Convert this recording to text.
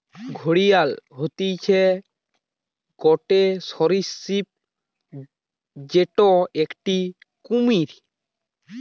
ঘড়িয়াল হতিছে গটে সরীসৃপ যেটো একটি কুমির